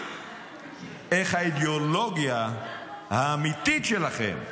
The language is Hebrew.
איך האידיאולוגיה האמיתית שלכם,